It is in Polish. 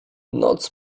noc